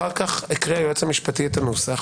אחרי זה הקריא היועץ המשפטי את הנוסח,